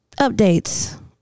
Updates